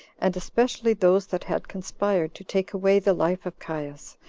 and especially those that had conspired to take away the life of caius,